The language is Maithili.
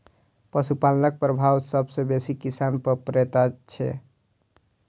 पशुपालनक प्रभाव सभ सॅ बेसी किसान पर पड़ैत छै